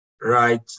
right